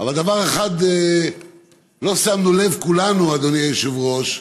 אבל לדבר אחד לא שמנו לב כולנו, אדוני היושב-ראש,